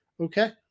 Okay